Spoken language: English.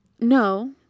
No